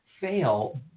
fail